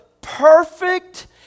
perfect